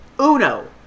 Uno